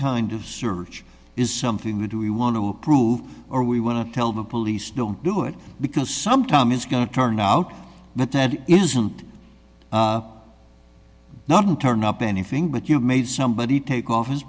kind of search is something we do we want to approve or we want to tell the police don't do it because some time is going to turn out but that isn't not turn up anything but you made somebody take off his